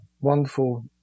wonderful